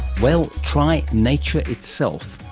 well, try nature itself.